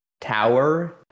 tower